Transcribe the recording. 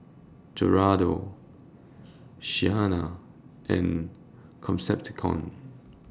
Gerardo Shanna and Concepcion